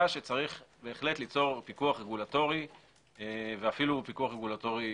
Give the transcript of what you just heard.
שבהחלט יש ליצור פיקוח רגולטורי ואף פיקוח רגולטורי